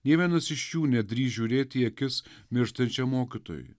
nė vienas iš jų nedrįs žiūrėti į akis mirštančiam mokytojui